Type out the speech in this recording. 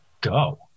go